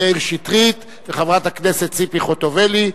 מאיר שטרית וציפי חוטובלי,